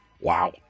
Wow